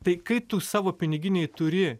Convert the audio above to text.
tai kai tu savo piniginėj turi